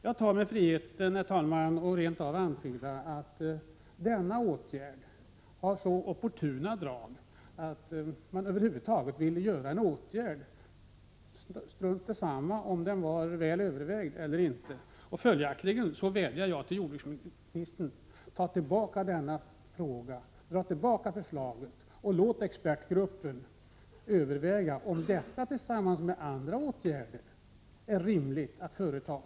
Jag tar mig friheten, herr talman, att antyda att denna åtgärd har opportunistiska drag, att man helt enkelt taget ville vidta en åtgärd — strunt samma om den var väl övervägd eller inte. Följaktligen vädjar jag till jordbruksministern: Drag tillbaka förslaget och låt expertgruppen överväga om en sådan här åtgärd tillsammans med andra åtgärder är rimlig att vidta.